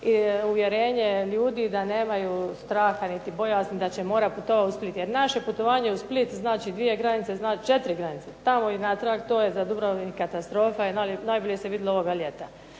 uvjerenje ljudi da nemaju straha niti bojazni da će morati putovati u Split. Jer naše putovanje u Split znači 2 granice, znači 4 granice. Tamo i natrag, to je za Dubrovnik katastrofa i najbolje se vidjelo ovoga ljeta.